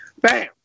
Bam